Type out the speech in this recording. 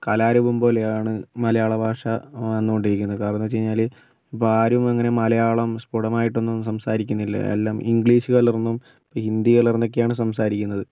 കലാരൂപം പോലെയാണ് മലയാള ഭാഷ നിന്നുകൊണ്ടിരിക്കുന്നത് കാരണം എന്താണെന്ന് വെച്ച് കഴിഞ്ഞാൽ ഇപ്പോൾ ആരും അങ്ങനെ മലയാളം സ്ഫുടമായിട്ടൊന്നും സംസാരിക്കുന്നില്ല എല്ലാം ഇംഗ്ലീഷ് കലർന്നും ഇപ്പോൾ ഹിന്ദി കലർന്നൊക്കെയാണ് സംസാരിക്കുന്നത്